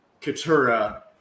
Katura